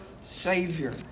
Savior